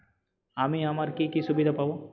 আমি আর কি কি সুবিধা পাব?